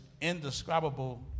indescribable